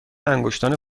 انگشتان